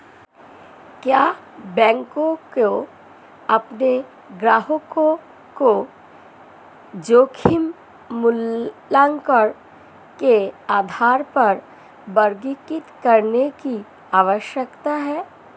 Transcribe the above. क्या बैंकों को अपने ग्राहकों को जोखिम मूल्यांकन के आधार पर वर्गीकृत करने की आवश्यकता है?